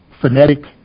phonetic